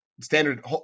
standard